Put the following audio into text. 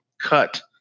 cut